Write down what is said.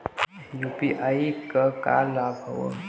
UPI क का का लाभ हव?